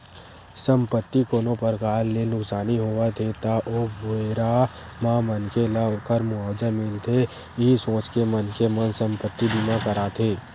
संपत्ति कोनो परकार ले नुकसानी होवत हे ता ओ बेरा म मनखे ल ओखर मुवाजा मिलथे इहीं सोच के मनखे मन संपत्ति बीमा कराथे